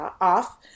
off